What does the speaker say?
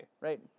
Right